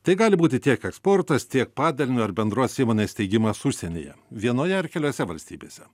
tai gali būti tiek eksportas tiek padalinio ar bendros įmonės steigimas užsienyje vienoje ar keliose valstybėse